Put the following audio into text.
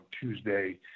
Tuesday